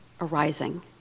arising